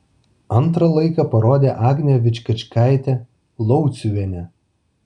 antrą laiką parodė agnė vičkačkaitė lauciuvienė